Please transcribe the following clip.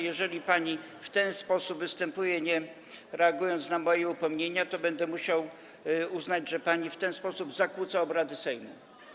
Jeżeli pani w ten sposób występuje, nie reagując na moje upomnienia, to będę musiał uznać, że pani zakłóca obrady Sejmu.